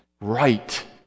right